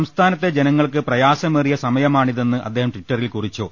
സംസ്ഥാനത്തെ ജനങ്ങൾക്ക് പ്രയാസമേറിയ സമയമാണി തെന്ന് അദ്ദേഹം ടിറ്ററിൽ കുറിച്ചു